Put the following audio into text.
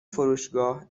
فروشگاه